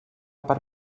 per